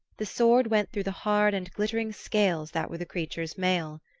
the sword went through the hard and glittering scales that were the creature's mail.